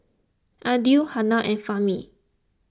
Adi Hana and Fahmi